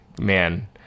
man